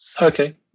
Okay